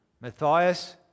Matthias